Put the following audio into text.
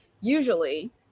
Usually